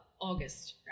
August